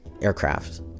aircraft